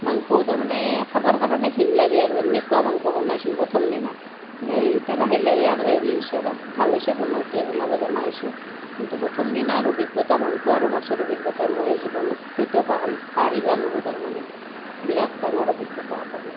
মাংসও তাৰমানে খাবৰ কাৰণে ঘিণ লাগে আৰু এনেকুৱা মাংস বনাইছিলোঁ প্ৰথম দিনা এতিয়া লাহে লাহে আৰু হেৰি হৈছে অলপ ভাল হৈছে বনাওঁতে বনাব জনা হৈছোঁ কিন্তু প্ৰথম দিনাৰ অভিজ্ঞতা মাংস আৰু মাছৰ অভিজ্ঞতা মই জীৱনত কেতিয়াও পাহৰিব নোৱাৰোঁ তাৰমানে বিৰাট ডাঙৰ অভিজ্ঞতা এটা মোৰ